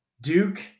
Duke